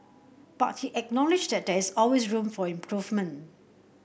but he acknowledged that there is always room for improvement